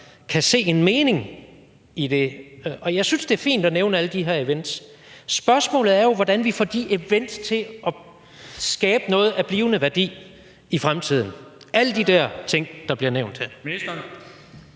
kan se en mening i dét. Jeg synes, det er fint at nævne alle de her events. Spørgsmålet er jo så, hvordan vi får de events og alle de der ting, der bliver nævnt